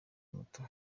muto